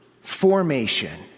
formation